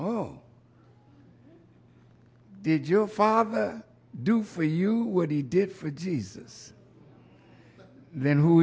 oh did your father do for you what he did for jesus then who